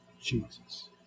Jesus